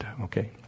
Okay